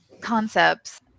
concepts